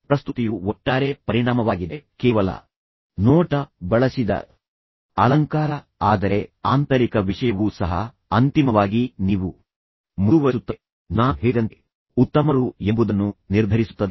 ಪ್ರಸ್ತುತಿಯು ಒಟ್ಟಾರೆ ಪರಿಣಾಮವಾಗಿದೆ ಕೇವಲ ನೋಟ ಬಳಸಿದ ಅಲಂಕಾರ ಆದರೆ ಆಂತರಿಕ ವಿಷಯವೂ ಸಹ ಅಂತಿಮವಾಗಿ ನೀವು ಗುಣಮಟ್ಟದಲ್ಲಿ ಎಷ್ಟು ಉತ್ತಮರು ಎಂಬುದನ್ನು ನಿರ್ಧರಿಸುತ್ತದೆ ಪರಿಶ್ರಮವು ನೀವು ಯಾವುದನ್ನಾದರೂ ನಿರುತ್ಸಾಹಗೊಳಿಸಿರುವುದರಿಂದ ನಿಲ್ಲದಿರಲು ಪ್ರಯತ್ನಗಳನ್ನು ಮುಂದುವರಿಸುತ್ತದೆ